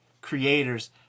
creators